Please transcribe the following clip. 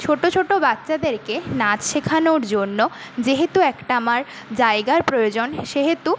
ছোটো ছোটো বাচ্চাদেরকে নাচ শেখানোর জন্য যেহেতু একটা আমার জায়গার প্রয়োজন সেহেতু